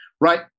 Right